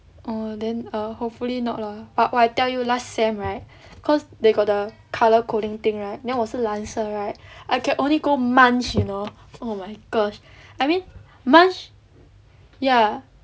oh then err hopefully not lah but oh I tell you last sem right cause they got the colour coding thing right then 我是蓝色 right I can only go munch you know oh my gosh I mean munch ya